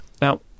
Now